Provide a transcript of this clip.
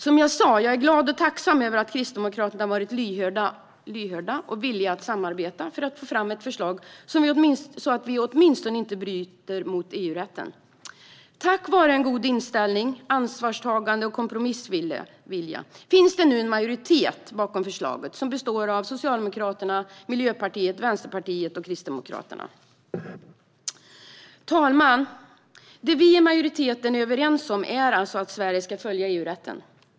Som jag sa är jag glad och tacksam över att Kristdemokraterna har varit lyhört och villigt att samarbeta för att få fram ett förslag som gör att vi åtminstone inte bryter mot EU-rätten. Tack vare en god inställning, ansvarstagande och kompromissvilja finns nu en majoritet bakom förslaget bestående av Socialdemokraterna, Miljöpartiet, Vänsterpartiet och Kristdemokraterna. Fru talman! Det vi i majoriteten är överens om är alltså att Sverige ska följa EU-rätten.